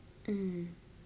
mm